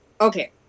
Okay